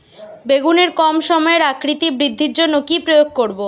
বেগুনের কম সময়ে আকৃতি বৃদ্ধির জন্য কি প্রয়োগ করব?